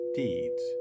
deeds